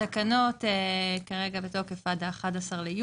התקנות כרגע בתוקף עד ה-11.7.